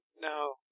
no